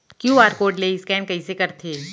QR code ले scan कइसे करथे?